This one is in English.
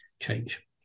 change